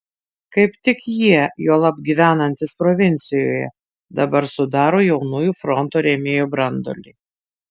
kaip tik jie juolab gyvenantys provincijoje dabar sudaro jaunųjų fronto rėmėjų branduolį